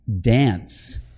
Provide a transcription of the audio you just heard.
dance